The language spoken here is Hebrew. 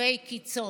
למצבי קיצון.